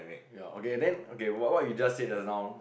ya okay then okay what what we just said just now